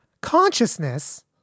Consciousness